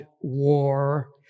war